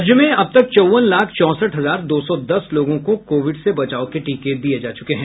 राज्य में अब तक चौंवन लाख चौंसठ हजार दो सौ दस लोगों को कोविड से बचाव के टीके दिये जा चुके हैं